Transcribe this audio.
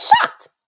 shocked